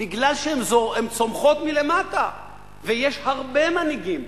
בגלל שהן צומחות מלמטה, ויש הרבה מנהיגים.